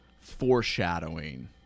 foreshadowing